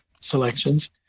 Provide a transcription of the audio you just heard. selections